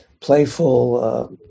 playful